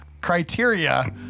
criteria